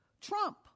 Trump